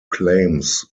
claims